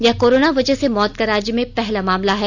यह कोरोना वजह से मौत का राज्य में पहला मामला है